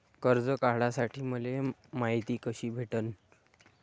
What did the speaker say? कर्ज काढासाठी मले मायती कशी भेटन?